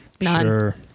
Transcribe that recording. Sure